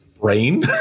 brain